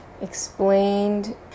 explained